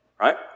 right